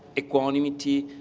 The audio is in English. equanimity,